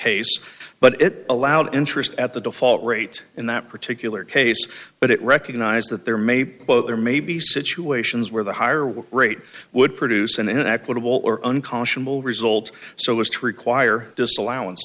case but it allowed interest at the default rate in that particular case but it recognized that there may be there may be situations where the higher work rate would produce an equitable or unconscionable result so as to require disallowan